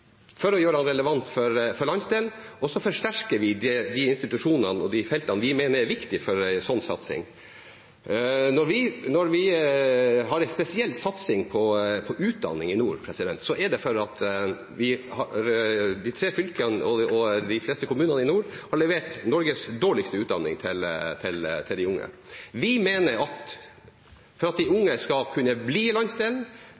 mener er viktige for en slik satsing. Når vi har en spesiell satsing på utdanning i nord, er det fordi de tre fylkene og de fleste kommunene i nord har levert Norges dårligste utdanning til de unge. Vi mener at for at de